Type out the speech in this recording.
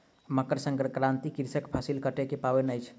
मकर संक्रांति कृषकक फसिल कटै के पाबैन अछि